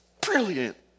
brilliant